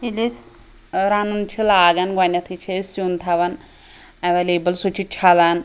ییٚلہِ أسۍ ٲں رَنُن چھِ لاگان گۄڈٕنیٚتھٕے چھِ أسۍ سیٛن تھاوان ایٚولیبٕل سُہ چھِ چھَلان